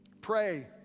pray